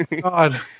God